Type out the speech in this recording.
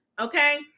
Okay